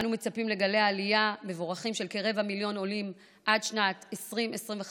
אנו מצפים לגלי עלייה מבורכים של כרבע מיליון עולים עד שנת 2025,